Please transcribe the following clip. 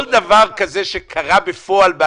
כל דבר כזה שקרה בפועל.